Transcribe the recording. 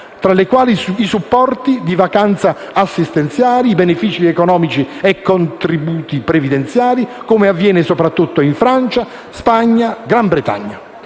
tra le quali supporti di vacanza assistenziali, benefici economici e contributi previdenziali, come avviene soprattutto in Francia, Spagna e Gran Bretagna.